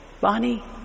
Bonnie